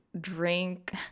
drink